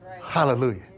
Hallelujah